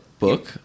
book